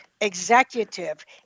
executive